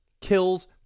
Kills